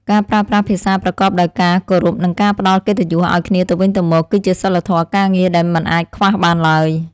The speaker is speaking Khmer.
ការប្រើប្រាស់ភាសាប្រកបដោយការគោរពនិងការផ្តល់កិត្តិយសឱ្យគ្នាទៅវិញទៅមក គឺជាសីលធម៌ការងារដែលមិនអាចខ្វះបានឡើយ។